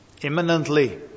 imminently